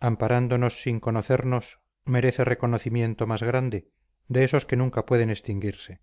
amparándonos sin conocernos merece reconocimiento más grande de esos que nunca pueden extinguirse